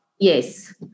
Yes